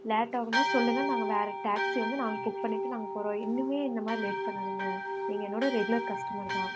late ஆகுன்னா சொல்லுங்கள் நாங்கள் வேறு டேக்சி வந்து நாங்கள் புக் பண்ணிகிட்டு நாங்கள் போகிறோம் இன்னிமே இந்த மாதிரி லேட் பண்ணாதீங்க நீங்கள் என்னோடய ரெகுலர் கஸ்டமர் தான்